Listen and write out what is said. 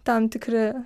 tam tikri